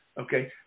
okay